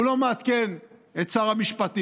הוא לא מעדכן את שר המשפטים,